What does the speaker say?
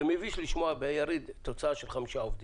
זה מביש לשמוע שביריד הצליחו לגייס 5 עובדים.